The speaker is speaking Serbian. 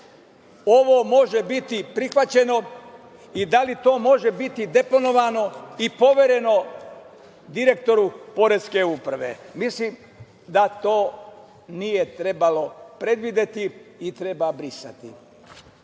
ovo može biti prihvaćeno i da li to može biti deponovano i povereno direktoru Poreske uprave? Milim da to nije trebalo predvideti i treba brisati. Dame